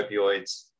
opioids